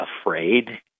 afraid